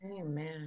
Amen